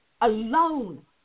Alone